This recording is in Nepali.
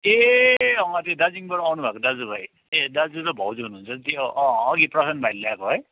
ए हजुर दार्जिलिङबाट आउनुभएको दाजुभाइ ए दाजु र भाउजू हुनुहुन्छ नि त्यो अ अघि प्रशान्त भाइले ल्याएको है